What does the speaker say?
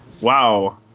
wow